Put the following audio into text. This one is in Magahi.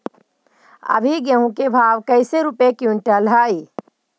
अभी गेहूं के भाव कैसे रूपये क्विंटल हई?